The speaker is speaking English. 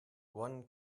one